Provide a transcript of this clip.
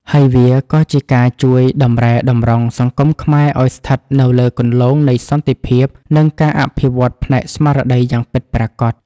ហើយវាក៏ជាការជួយតម្រែតម្រង់សង្គមខ្មែរឱ្យស្ថិតនៅលើគន្លងនៃសន្តិភាព និងការអភិវឌ្ឍផ្នែកស្មារតីយ៉ាងពិតប្រាកដ។